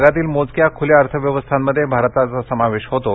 जगातील मोजक्या खूल्या अर्थव्यवस्थांमध्ये भारताचा समावेश होतो